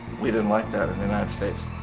we didn't like that in the united states.